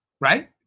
Right